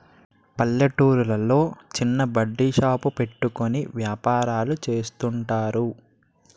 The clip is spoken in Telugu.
పల్లెటూర్లో చిన్న బడ్డీ షాప్ పెట్టుకుని వ్యాపారాలు చేస్తుంటారు